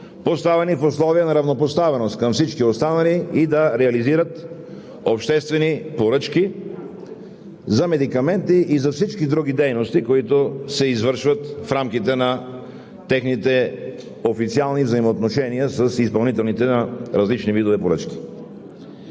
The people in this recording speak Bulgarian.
поставени в условия на равнопоставеност към всички останали, и да реализират обществени поръчки за медикаменти и за всички други дейности, които се извършват в рамките на техните официални взаимоотношения с изпълнителите на различни видове поръчки.